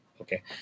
okay